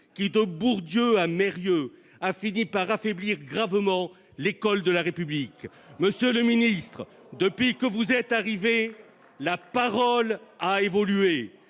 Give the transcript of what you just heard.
qui, de Bourdieu à Meirieu, a fini par affaiblir gravement l'école de la République ? Monsieur le ministre, depuis que vous êtes arrivé au Gouvernement, la parole a évolué.